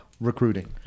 recruiting